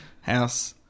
House